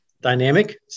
dynamic